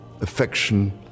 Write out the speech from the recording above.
affection